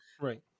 right